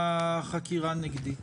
חקירה נגדית.